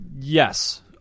Yes